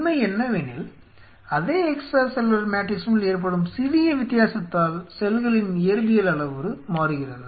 உண்மை என்னவெனில் அதே எக்ஸ்ட்ரா செல்லுலார் மேட்ரிக்சினுள் ஏற்படும் சிறிய வித்தியாசத்தால் செல்களின் இயற்பியல் அளவுரு மாறுகிறது